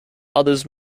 others